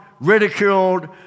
ridiculed